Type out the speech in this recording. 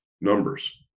numbers